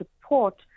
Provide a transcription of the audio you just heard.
support